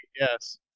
yes